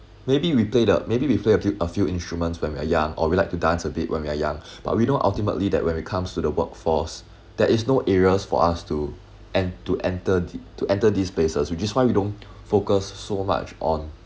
maybe we play the maybe we play af~ a few instruments when we are young or we like to dance a bit when we are young but we don't ultimately that when it comes to the workforce that is no areas for us to and to enter th~ to enter these places which is why we don't focus so much on